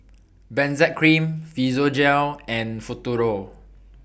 Benzac Cream Physiogel and Futuro